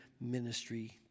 ministry